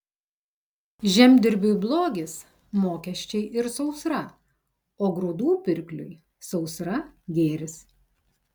žemdirbiui blogis mokesčiai ir sausra o grūdų pirkliui sausra gėris